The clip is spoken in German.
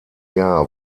jahr